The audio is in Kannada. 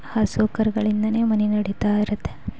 ಹಸು ಕರುಗಳಿಂದಲೇ ಮನೆ ನಡೀತಾ ಇರುತ್ತೆ